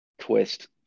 twist